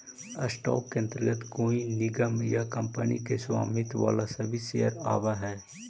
stock के अंतर्गत कोई निगम या कंपनी के स्वामित्व वाला सभी शेयर आवऽ हइ